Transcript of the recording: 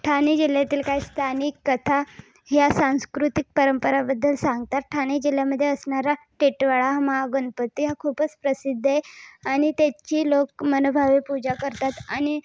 ठाणे जिल्ह्यातील काही स्थानिक कथा ह्या सांस्कृतिक परंपराबद्दल सांगतात ठाणे जिल्ह्यामधे असणारा टिटवाळा महागणपती हा खूपच प्रसिद्ध आहे आणि तेची लोक मनोभावे पूजा करतात आणि